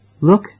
Look